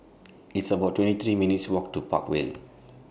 It's about twenty three minutes' Walk to Park Vale